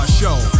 show